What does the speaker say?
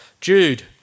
Jude